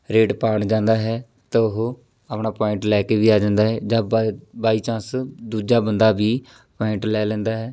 raid ਪਾਉਣ ਜਾਂਦਾ ਹੈ ਤਾਂ ਉਹ ਆਪਣਾ ਪੁਆਇੰਟ ਲੈ ਕੇ ਵੀ ਆ ਜਾਂਦਾ ਹੈ ਜਾਂ ਬਾ ਬਾਈ ਚਾਂਸ ਦੂਜਾ ਬੰਦਾ ਵੀ ਪੁਆਇੰਟ ਲੈ ਲੈਂਦਾ ਹੈ